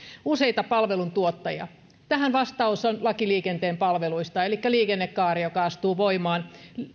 useita palveluntuottajia tähän vastaus on laki liikenteen palveluista elikkä liikennekaari joka astuu voimaan